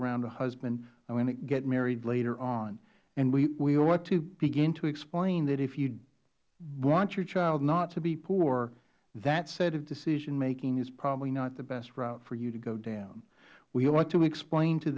around for a husband i will get married later on we ought to begin to explain that if you want your child to not be poor that set of decision making is probably not the best route for you to go down we ought to explain t